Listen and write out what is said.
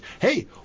hey